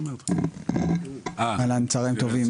צהריים טובים,